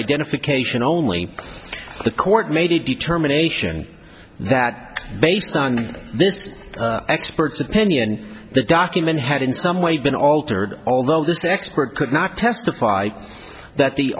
identification only the court made a determination that based on this expert's opinion the document had in some way been altered although this expert could not testify that the